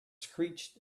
screeched